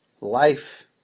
life